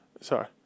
Sorry